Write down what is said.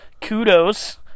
kudos